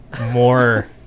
more